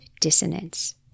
dissonance